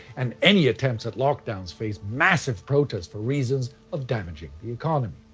and any attempts at lockdowns face massive protests for reasons of damaging the economy.